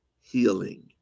healing